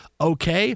okay